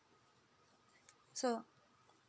so